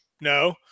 No